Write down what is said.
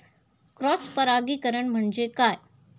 Cross परागीकरण म्हणजे काय?